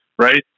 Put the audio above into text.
right